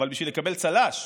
אבל בשביל לקבל צל"ש,